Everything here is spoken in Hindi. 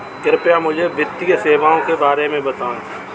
कृपया मुझे वित्तीय सेवाओं के बारे में बताएँ?